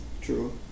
True